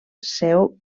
seu